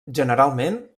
generalment